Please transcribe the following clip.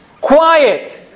Quiet